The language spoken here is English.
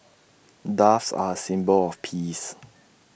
doves are A symbol of peace